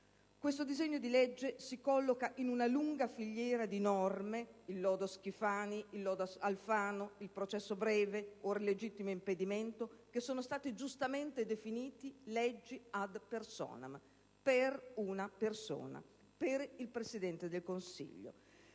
Questo disegno di legge si colloca in una lunga filiera di norme (il lodo Schifani, il lodo Alfano, il processo breve e ora il legittimo impedimento) che sono state giustamente definite leggi *ad personam*, per una persona, il Presidente del Consiglio.